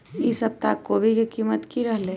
ई सप्ताह कोवी के कीमत की रहलै?